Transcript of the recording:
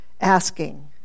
asking